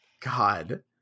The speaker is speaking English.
god